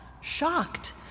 shocked